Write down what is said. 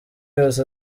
yose